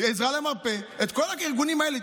עזרא למרפא, את כל הארגונים האלה.